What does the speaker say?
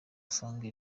asanga